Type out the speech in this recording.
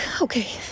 Okay